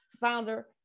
founder